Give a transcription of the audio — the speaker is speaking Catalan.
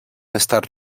estat